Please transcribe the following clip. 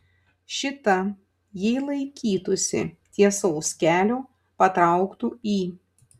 šita jei laikytųsi tiesaus kelio patrauktų į